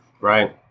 Right